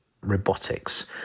robotics